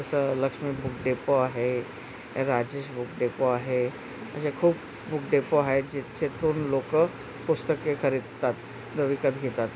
जसं Lakshmi book depot आहे Rajesh book depot आहे असे खूप बुक डिपो आहे जिथून लोकं पुस्तके खरेदतात विकत घेतात